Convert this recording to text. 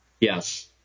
Yes